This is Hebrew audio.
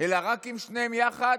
אלא רק עם שניהם יחד,